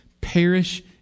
perish